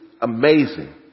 amazing